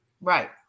Right